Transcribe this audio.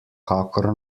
kakor